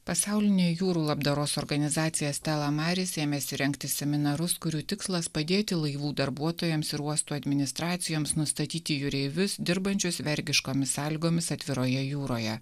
pasaulinė jūrų labdaros organizacija stella maris ėmėsi rengti seminarus kurių tikslas padėti laivų darbuotojams ir uostų administracijoms nustatyti jūreivius dirbančius vergiškomis sąlygomis atviroje jūroje